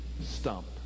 stump